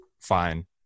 fine